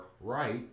right